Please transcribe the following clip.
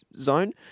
zone